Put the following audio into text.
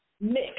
mix